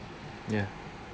ya